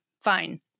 Fine